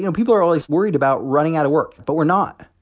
you know people are always worried about running out of work, but we're not.